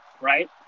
right